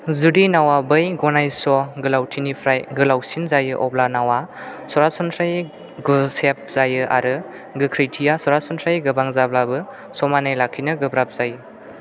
जुदि नावआ बै गनायस' गोलावथिनिफ्राय गोलावसिन जायो अब्ला नावआ सरासनस्रायै गुसेब जायो आरो गोख्रैथिया सरासनस्रायै गोबां जाब्लाबो समानै लाखिनो गोब्राब जायो